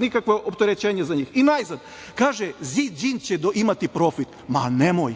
i opterećenja za njih. Najzad, Ziđin će imati profit? Ma nemoj,